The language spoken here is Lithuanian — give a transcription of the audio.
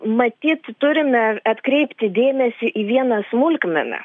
matyt turime atkreipti dėmesį į vieną smulkmeną